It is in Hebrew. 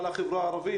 חג,